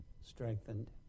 strengthened